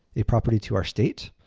a property to our state.